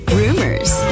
rumors